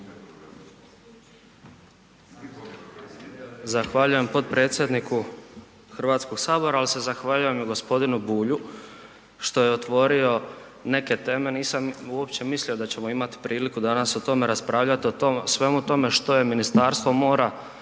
Zahvaljujem potpredsjedniku Hrvatskog sabora, ali se zahvaljujem i g. Bulju što je otvorio neke teme, nisam uopće mislio da ćemo imati priliku danas o tome raspravljati, o svemu tome što je Ministarstvo mora,